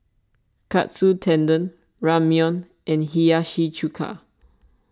Katsu Tendon Ramyeon and Hiyashi Chuka